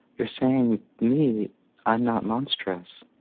you're seeing me i'm not monstrous.